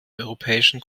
europäischen